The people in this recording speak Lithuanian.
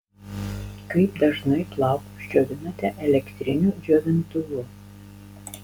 kaip dažnai plaukus džiovinate elektriniu džiovintuvu